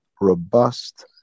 robust